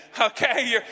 okay